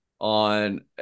On